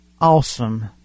awesome